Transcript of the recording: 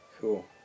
Cool